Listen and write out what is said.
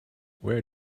where